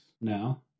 now